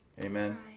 Amen